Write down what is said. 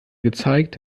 gezeigt